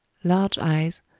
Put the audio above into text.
large eyes,